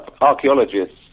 archaeologists